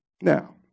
Now